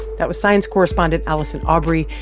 that was science correspondent allison aubrey.